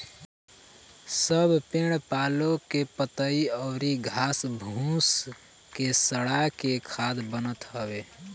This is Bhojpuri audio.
सब पेड़ पालो के पतइ अउरी घास फूस के सड़ा के खाद बनत हवे